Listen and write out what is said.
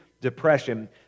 depression